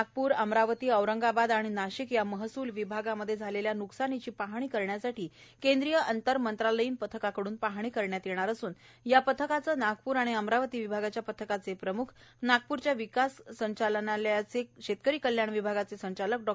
नागपूर अमरावती औरंगाबाद आणि नाशिक या महसूल विभागामध्ये झालेल्या नुकसानीची पाहणी करण्यासाठी केंद्रीय अंतरमंत्रालयीन पथकाकडून पाहणी करण्यात येणार असून या पथकाचे नागपूर आणि अमरावती विभागाच्या पथकाचे प्रमुख नागप्रच्या कापूस विकास संचालनालयालयाचे शेतकरी कल्याण विभागचे संचालक डॉ